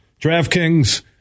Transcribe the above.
DraftKings